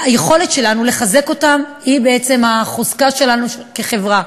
היכולת שלנו לחזק אותם היא בעצם החוזק שלנו כחברה.